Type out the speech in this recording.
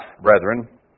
brethren